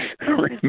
remember